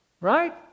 Right